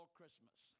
Christmas